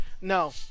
No